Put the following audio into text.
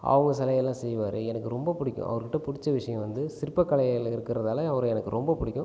அவங்க சிலையெல்லாம் செய்வார் எனக்கு ரொம்ப பிடிக்கும் அவர் கிட்டே பிடிச்ச விஷயம் வந்து சிற்ப கலையில் இருக்கிறதால அவரை எனக்கு ரொம்ப பிடிக்கும்